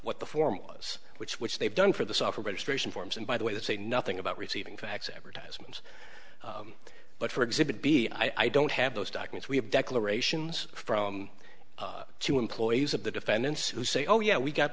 what the form was which which they've done for the software registration forms and by the way that say nothing about receiving fax advertisements but for exhibit b i don't have those documents we have declarations from two employees of the defendants who say oh yeah we got